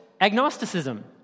agnosticism